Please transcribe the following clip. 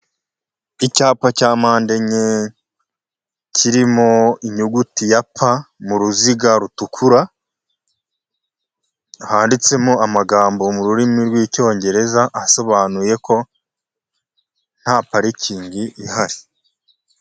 Icyapa cya mpande enye kirimo inyuguti ya pa mu ruziga rutukura, handitsemo amagambo mu rurimi rw'Icyongereza, asobanuye ko nta parikingi ihari.